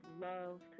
love